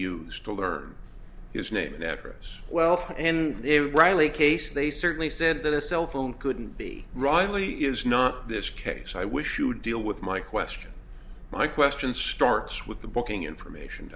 used to learn his name and address wealth and they rightly case they certainly said that a cell phone couldn't be riley is not this case i wish to deal with my question my question starts with the booking information